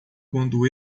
quando